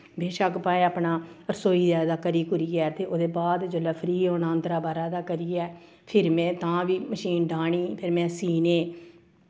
बेशक्क भाएं अपना रसोइयै दा करी कुरियै ते ओह्दे बाद जेल्लै फ्री होना अंदरा बाह्रा दा करियै फिर में तां बी मशीन डाह्नी फिर में सीह्ने